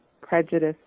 prejudice